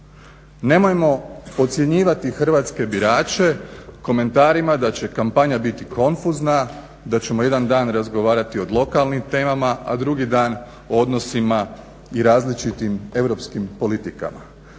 Nemojmo podcjenjivati hrvatske birače komentarima da će kampanja biti konfuzna, da ćemo jedan dan razgovarati o lokalnim temama, a drugi dan o odnosima i različitim europskim politikama.